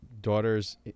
daughters